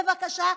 בבקשה,